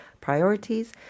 priorities